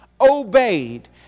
obeyed